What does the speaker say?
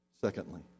secondly